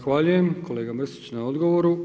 Zahvaljujem kolega Mrsić na odgovoru.